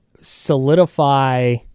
solidify